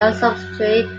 observatory